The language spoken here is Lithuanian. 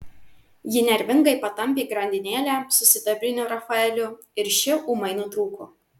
ji nervingai patampė grandinėlę su sidabriniu rafaeliu ir ši ūmai nutrūko